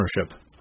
ownership